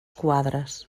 quadres